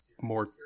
more